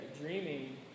dreaming